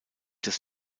des